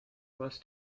was